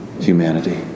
humanity